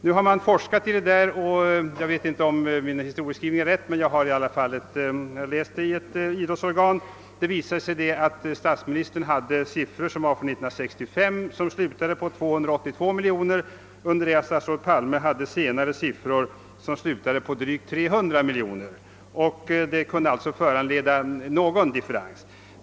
Nu har det forskats litet i den saken. Jag vet inte om min historieskrivning är alldeles riktig, men jag har i vilket fall som helst läst i ett idrottsorgan att statsministerns siffra, 282 miljoner, var från 1965, medan statsrådet Palmes belopp, drygt 300 miljoner kronor, var av senare datum. Där förelåg sålunda en viss differens.